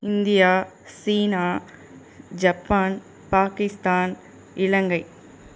India China Japan Pakistan Ilangai